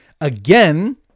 Again